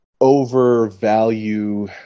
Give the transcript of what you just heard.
overvalue